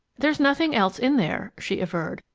there's nothing else in there, she averred,